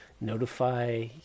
notify